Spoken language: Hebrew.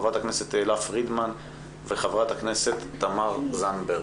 חברת הכנסת תהלה פרידמן וחברת הכנסת תמר זנדברג.